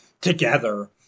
together